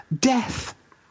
death